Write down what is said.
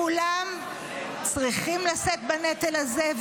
כולם צריכים לשאת בנטל הזה,